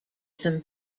some